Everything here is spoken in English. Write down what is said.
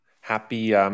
Happy